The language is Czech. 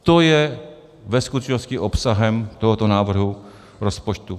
To je ve skutečnosti obsahem tohoto návrhu rozpočtu.